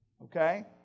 Okay